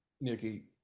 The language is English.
nikki